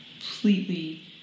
Completely